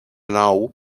nou